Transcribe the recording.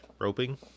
roping